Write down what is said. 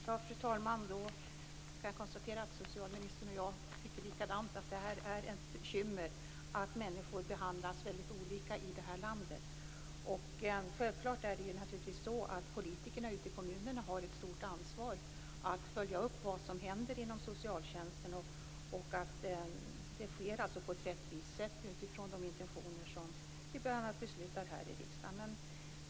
Fru talman! Jag kan konstatera att socialministern och jag tycker likadant, att det är ett bekymmer att människor behandlas väldigt olika i vårt land. Självklart har politikerna ute i kommunerna ett stort ansvar att följa upp vad som händer inom socialtjänsten och att det sker på ett rättvist sätt utifrån de intentioner som vi bl.a. beslutar här i riksdagen.